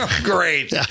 Great